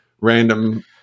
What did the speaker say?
random